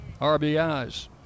RBIs